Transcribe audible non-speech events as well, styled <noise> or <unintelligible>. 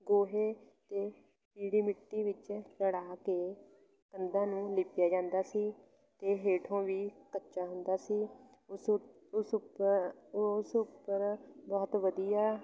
ਗੋਹੇ ਅਤੇ <unintelligible> ਮਿੱਟੀ ਵਿੱਚ ਰਲਾ ਕੇ ਕੰਧਾਂ ਨੂੰ ਲਿਪਿਆ ਜਾਂਦਾ ਸੀ ਅਤੇ ਹੇਠੋਂ ਵੀ ਕੱਚਾ ਹੁੰਦਾ ਸੀ ਉਸ ਉ ਉਸ ਉੱਪਰ ਉਸ ਉੱਪਰ ਬਹੁਤ ਵਧੀਆ